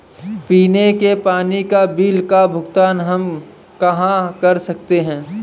पीने के पानी का बिल का भुगतान हम कहाँ कर सकते हैं?